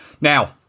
Now